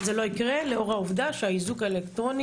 זה לא יקרה לאור העובדה שהאיזוק האלקטרוני